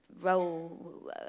role